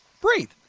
breathe